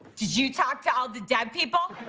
did you talk to all the dead people?